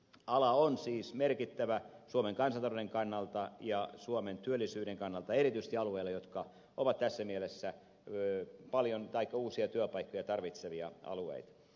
ala on siis merkittävä suomen kansantalouden kannalta ja suomen työllisyyden kannalta erityisesti alueilla jotka ovat tässä mielessä paljon taikka uusia työpaikkoja tarvitsevia alueita